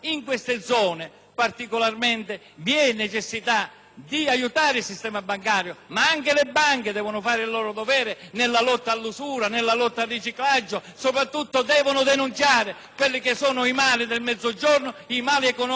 in particolare, vi è necessità di aiutare il sistema bancario; ma anche le banche devono fare il loro dovere nel contrasto all'usura, nella lotta al riciclaggio, ma soprattutto devono denunciare i mali del Mezzogiorno e dell'economia,